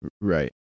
Right